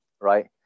right